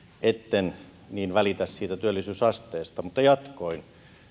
etten niin välitä siitä työllisyysasteesta mutta jatkoin